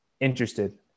interested